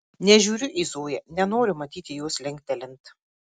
nežiūriu į zoją nenoriu matyti jos linktelint